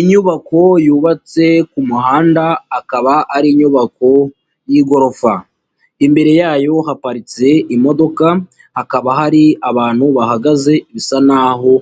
Inyubako yubatse ku muhanda, akaba ari inyubako y'igorofa, imbere yayo haparitse imodoka, hakaba hari abantu bahagaze bisa n'aho